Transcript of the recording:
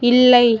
இல்லை